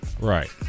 Right